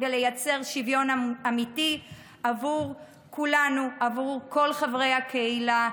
ולייצר שוויון אמיתי עבור כל חברי הקהילה.